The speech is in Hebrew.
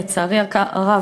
לצערי הרב,